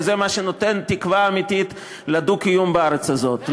וזה מה שנותן תקווה אמיתית לדו-קיום בארץ הזאת,